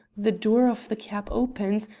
the door of the cab opened,